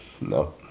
No